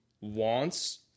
wants